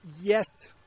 yes